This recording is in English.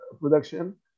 production